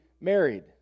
married